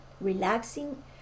relaxing